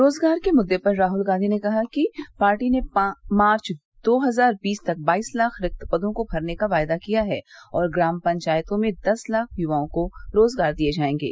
रोजगार के मुद्दे पर राहुल गांधी ने कहा कि पार्टी मार्च दो हजार बीस तक बाईस लाख रिक्त पदों को भरने का वायदा किया है और ग्राम पंचायतों में दस लाख युवाओं को रोजगार दिए जाएंगे